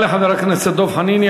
תודה לחבר הכנסת דב חנין.